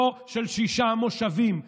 לא של שישה מושבים אקראיים.